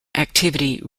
activity